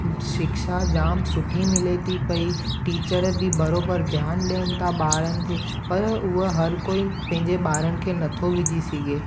शिक्षा जामु सुठी मिले थी पई टीचर बि बरोबरु ध्यानु ॾियनि था ॿारनि ते पर उहा हर कोई पंहिंजे ॿारनि खे नथो विझी सघे